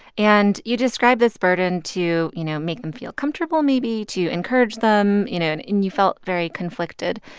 and you describe this burden to, you know, make them feel comfortable, maybe, to encourage them. you know, and and you felt very conflicted.